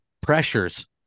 pressures